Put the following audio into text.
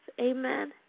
Amen